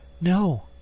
No